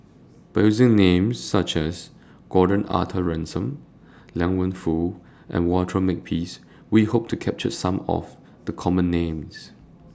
By using Names such as Gordon Arthur Ransome Liang Wenfu and Walter Makepeace We Hope to capture Some of The Common Names